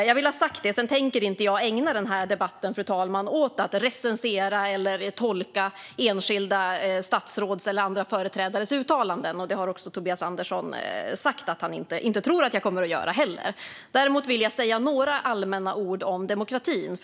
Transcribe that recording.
Jag vill ha detta sagt, fru talman, och sedan tänker inte jag ägna den här debatten åt att recensera eller tolka enskilda statsråds eller andra företrädares uttalanden. Det har också Tobias Andersson sagt att han inte heller tror att jag kommer att göra. Däremot vill jag säga några allmänna ord om demokratin.